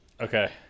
Okay